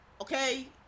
okay